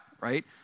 right